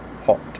hot